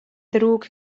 ddrwg